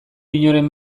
inoren